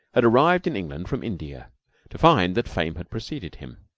had arrived in england from india to find that fame had preceded him.